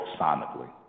sonically